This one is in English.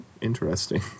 interesting